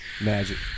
Magic